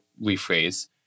rephrase